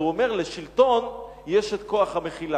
אז הוא אומר: לשלטון יש כוח המחילה.